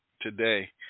today